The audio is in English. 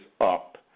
up